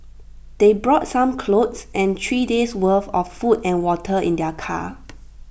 they brought some clothes and three days worth of food and water in their car